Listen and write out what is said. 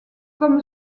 comme